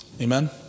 Amen